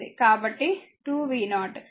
కాబట్టి 2 v0